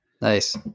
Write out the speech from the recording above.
nice